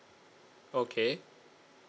okay